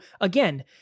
again